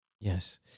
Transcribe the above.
Yes